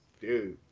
Dude